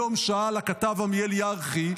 היום שאל הכתב עמיאל ירחי,